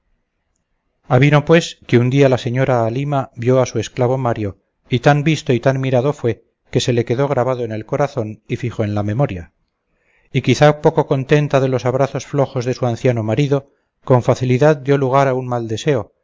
cabales avino pues que un día la señora halima vio a su esclavo mario y tan visto y tan mirado fue que se le quedó grabado en el corazón y fijo en la memoria y quizá poco contenta de los abrazos flojos de su anciano marido con facilidad dio lugar a un mal deseo